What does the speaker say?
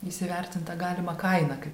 įsivertint tą galimą kainą kaip